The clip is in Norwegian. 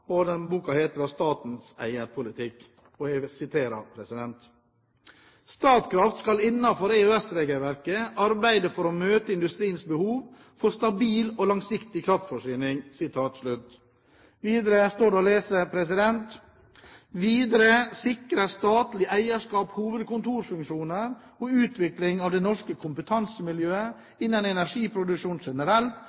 skal innenfor EØS-regelverket arbeide for å møte industriens behov for stabil og langsiktig kraftforsyning.» Det står også å lese: «Videre sikrer statlig eierskap hovedkontorfunksjoner og utvikling av det norske kompetansemiljøet